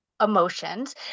emotions